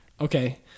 Okay